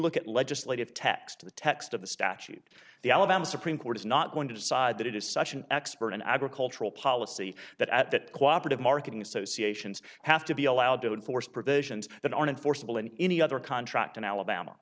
look at legislative text the text of the statute the alabama supreme court is not going to decide that it is such an expert in agricultural policy that at that cooperative marketing associations have to be allowed to enforce provisions that are enforceable in any other contract in alabama